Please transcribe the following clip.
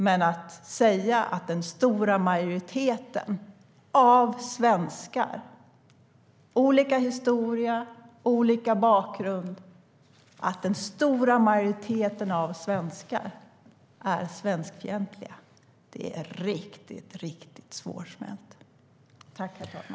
Att man säger att den stora majoriteten av svenskarna, med olika historia och olika bakgrund, är svenskfientlig är riktigt, riktigt svårsmält.